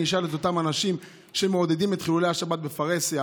אני אשאל את אותם אנשים שמעודדים את חילולי השבת בפרהסיה